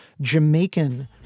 Jamaican